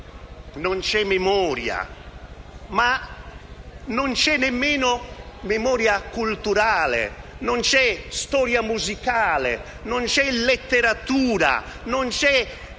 non c'è memoria. Ma non c'è nemmeno memoria culturale, non c'è storia musicale, letteratura, né